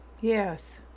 Yes